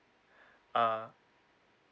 ah